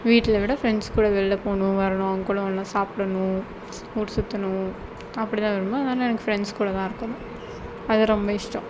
வீட்டில் விட ஃப்ரெண்ட்ஸ் கூட வெளியில் போகணும் வரணும் அவங்ககூட ஒன்றா சாப்பிடணும் ஊர் சுற்றணும் அப்படிதான் விரும்புவேன் அதனால் எனக்கு ஃப்ரெண்ட்ஸ் கூடதான் இருக்கணும் அது ரொம்ப இஷ்டம்